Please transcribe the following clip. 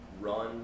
run